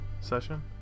session